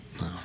No